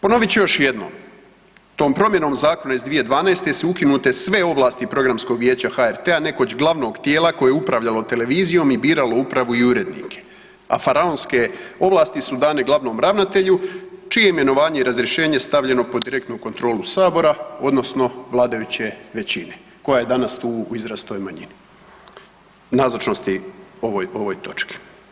Ponovit ću još jednom, tom promjenom zakona iz 2012. su ukinute sve ovlasti Programskog vijeća HRT-a nekoć glavnog tijela koje je upravljalo televizijom i biralo upravu i urednike, a faraonske ovlasti su dane glavnom ravnatelju čije je imenovanje i razrješenje stavljeno pod direktnu kontrolu Sabora, odnosno vladajuće većine koja je danas tu u izrazitoj manjini nazočnosti po ovoj točki.